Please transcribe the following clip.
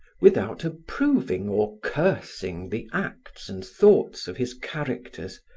without approving or cursing the acts and thoughts of his characters,